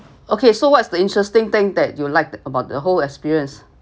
okay so what's the interesting thing that you liked about the whole experience